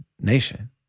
nation